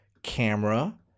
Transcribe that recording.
camera